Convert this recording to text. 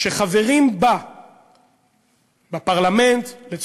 שחברים בפרלמנט בה,